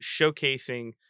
showcasing